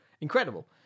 incredible